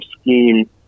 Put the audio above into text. scheme